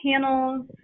panels